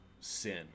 sin